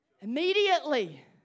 Immediately